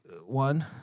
one